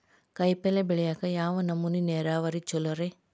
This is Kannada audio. ಕಾಯಿಪಲ್ಯ ಬೆಳಿಯಾಕ ಯಾವ್ ನಮೂನಿ ನೇರಾವರಿ ಛಲೋ ರಿ?